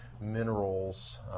minerals